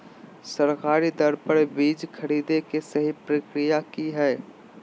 सरकारी दर पर बीज खरीदें के सही प्रक्रिया की हय?